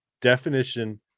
definition